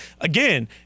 again